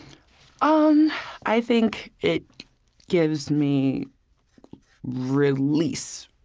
um i think it gives me release.